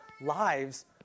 lives